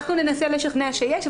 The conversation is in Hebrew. אנחנו ננסה לשכנע שיש,